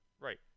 Right